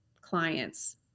clients